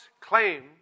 claim